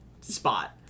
spot